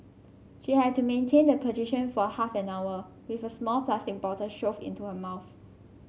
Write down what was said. she had to maintain the position for half an hour with a small plastic bottle shoved into her mouth